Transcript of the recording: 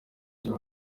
ibyo